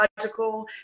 logical